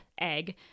egg